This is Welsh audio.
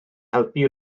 helpu